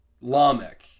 Lamech